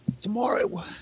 tomorrow